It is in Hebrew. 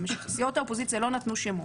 וסיעות האופוזיציה לא נתנו שמות,